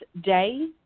day